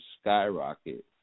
skyrocket